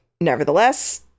Nevertheless